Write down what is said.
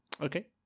Okay